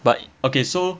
but okay so